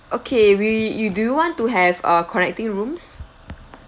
okay we do you want to have uh connecting rooms